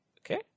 Okay